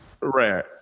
right